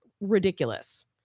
ridiculous